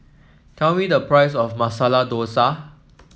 tell me the price of Masala Dosa